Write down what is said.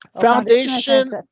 Foundation